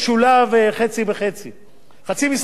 חצי משרד הביטחון וחצי משרד האוצר.